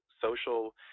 social